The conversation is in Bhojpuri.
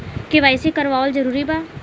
के.वाइ.सी करवावल जरूरी बा?